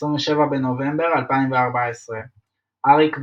27 בנובמבר 2014 אריק וייס,